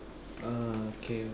ah okay